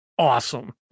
awesome